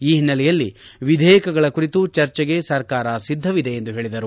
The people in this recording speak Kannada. ಈ ಹಿನ್ನೆಲೆಯಲ್ಲಿ ವಿಧೇಯಕಗಳ ಕುರಿತು ಚರ್ಚೆಗೆ ಸರ್ಕಾರ ಸಿದ್ಧವಿದೆ ಎಂದು ಹೇಳಿದರು